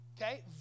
Okay